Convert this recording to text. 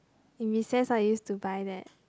in recess I used to buy that